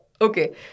Okay